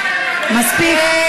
מספיק.